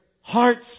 hearts